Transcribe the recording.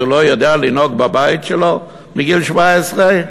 אז הוא לא יודע לנהוג בבית שלו בגיל 17?